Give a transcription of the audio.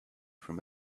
from